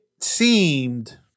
seemed